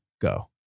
Go